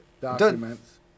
documents